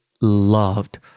loved